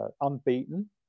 unbeaten